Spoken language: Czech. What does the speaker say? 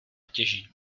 těží